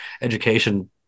education